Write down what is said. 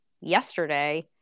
yesterday